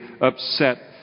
upset